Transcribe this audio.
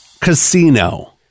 casino